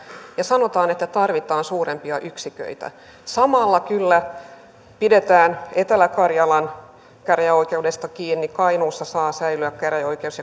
ja sanotaan että tarvitaan suurempia yksiköitä samalla kyllä pidetään etelä karjalan käräjäoikeudesta kiinni kainuussa saa säilyä käräjäoikeus